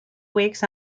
weeks